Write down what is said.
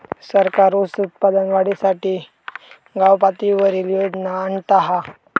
सरकार ऊस उत्पादन वाढीसाठी गावपातळीवर योजना आणता हा